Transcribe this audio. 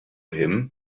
him